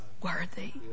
worthy